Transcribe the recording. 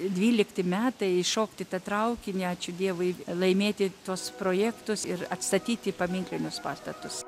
dvylikti metai įšokt į tą traukinį ačiū dievui laimėti tuos projektus ir atstatyti paminklinius pastatus